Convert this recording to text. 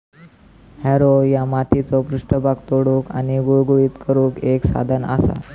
Harrow ह्या मातीचो पृष्ठभाग तोडुक आणि गुळगुळीत करुक एक साधन असा